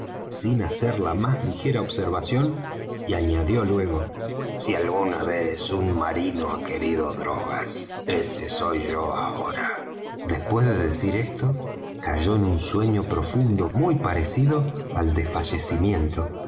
sin hacer la más ligera observación y añadió luego si alguna vez un marino ha querido drogas ese soy yo ahora después de decir esto cayó en un sueño profundo muy parecido al desfallecimiento